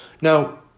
Now